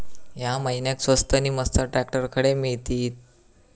या महिन्याक स्वस्त नी मस्त ट्रॅक्टर खडे मिळतीत?